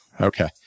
Okay